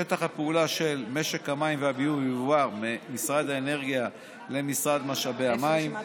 שטח הפעולה של משק המים והביוב יועבר ממשרד האנרגיה למשרד משאבי המים.